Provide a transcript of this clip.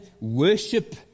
worship